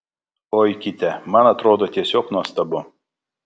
oi kitę man atrodo tiesiog nuostabu